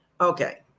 Okay